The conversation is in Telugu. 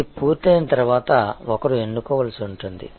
ఇది పూర్తయిన తర్వాత ఒకరు ఎన్నుకోవలసి ఉంటుంది